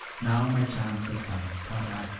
now my chance has come, thought i,